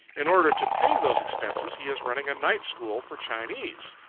in order to pay those expenses he is running a night school for chinese.